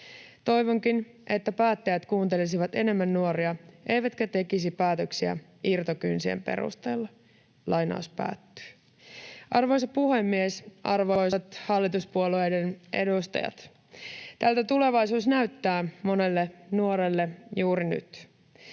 Toivonkin, että päättäjät kuuntelisivat enemmän nuoria eivätkä tekisi päätöksiä irtokynsien perusteella.” Arvoisa puhemies! Arvoisat hallituspuolueiden edustajat! Tältä tulevaisuus näyttää monelle nuorelle juuri nyt.